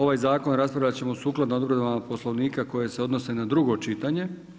Ovaj zakon raspravljat ćemo sukladno odredbama Poslovnika koje se odnose na drugo čitanje.